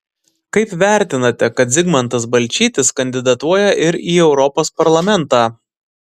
kaip vertinate kad zigmantas balčytis kandidatuoja ir į europos parlamentą